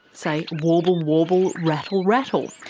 say, warble, warble, rattle, rattle'.